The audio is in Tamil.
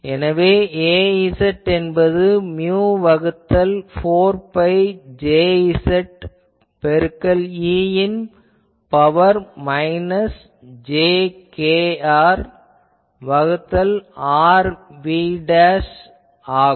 எனவே Az என்பது மியு வகுத்தல் 4 பை Jz பெருக்கல் e யின் பவர் மைனஸ் j kr வகுத்தல் r dv ஆகும்